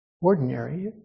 ordinary